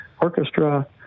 orchestra